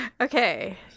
Okay